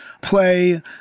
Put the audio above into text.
play